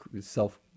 self